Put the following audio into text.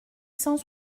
cent